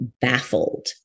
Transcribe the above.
baffled